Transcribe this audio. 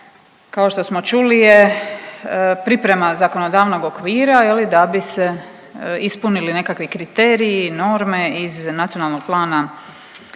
kao što smo čuli je priprema zakonodavnog okvira, je li da bi se ispunili nekakvi kriteriji, norme iz Nacionalnog plana